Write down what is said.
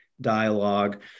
dialogue